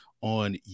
on